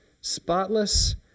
spotless